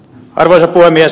arvoisa puhemies